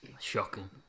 Shocking